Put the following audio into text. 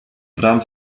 brand